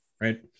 right